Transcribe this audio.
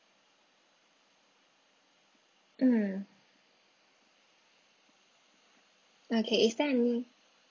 mm okay is there any